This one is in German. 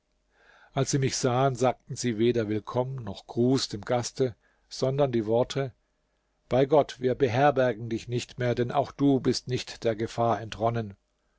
als sie mich sahen sagten sie weder willkomm noch gruß dem gaste sondern die worte bei gott wir beherbergen dich nicht mehr denn auch du bist nicht der gefahr entronnen